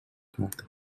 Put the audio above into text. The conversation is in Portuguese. carta